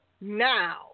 now